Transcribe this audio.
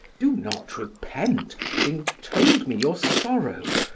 do not repent having told me your sorrow.